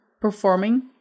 performing